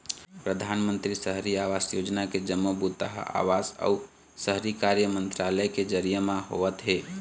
परधानमंतरी सहरी आवास योजना के जम्मो बूता ह आवास अउ शहरी कार्य मंतरालय के जरिए म होवत हे